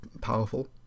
powerful